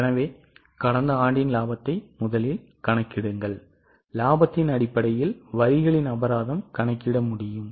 எனவே கடந்த ஆண்டின் லாபத்தை முதலில் கணக்கிடுங்கள் லாபத்தின் அடிப்படையில் வரிகளின் அபராதம் கணக்கிட முடியும்